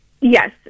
yes